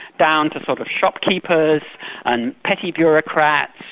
down to sort of shopkeeper and petty bureaucrats,